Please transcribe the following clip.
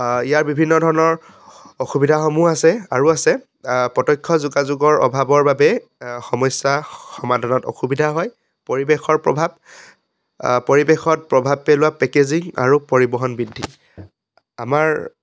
ইয়াৰ বিভিন্ন ধৰণৰ অসুবিধাসমূহ আছে আৰু আছে প্ৰত্যক্ষ যোগাযোগৰ অভাৱৰ বাবে সমস্যা সমাধানত অসুবিধা হয় পৰিৱেশৰ প্ৰভাৱ পৰিৱেশত প্ৰভাৱ পেলোৱা পেকেজিং আৰু পৰিবহণ বৃদ্ধি আমাৰ